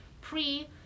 pre